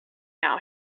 now